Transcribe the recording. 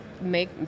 make